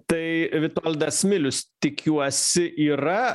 tai vitoldas milius tikiuosi yra